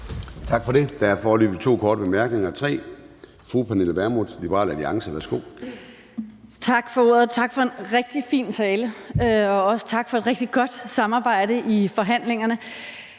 Tak for det. Der er foreløbig tre korte bemærkninger. Fru Pernille Vermund, Liberal Alliance. Værsgo. Kl. 10:01 Pernille Vermund (LA): Tak for ordet, og tak for en rigtig fin tale, og også tak for et rigtig godt samarbejde i forhandlingerne.